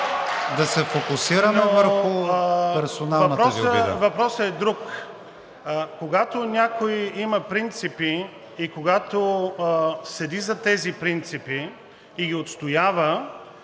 да се фокусираме върху персоналната Ви обида. НАСТИМИР АНАНИЕВ: Въпросът е друг. Когато някой има принципи, когато седи зад тези принципи и ги отстоява,